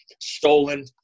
stolen